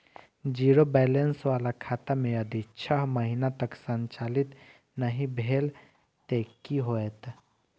Zero balance बाला खाता में यदि छः महीना तक संचालित नहीं भेल ते कि होयत?